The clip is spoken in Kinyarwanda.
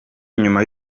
nyuma